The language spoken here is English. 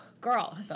girl